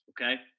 Okay